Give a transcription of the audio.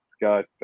got